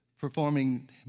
performing